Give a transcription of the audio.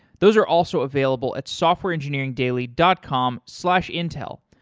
those are also available at softwareengineeringdaily dot com slash intel.